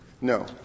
No